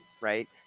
right